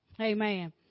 Amen